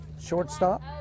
shortstop